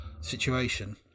situation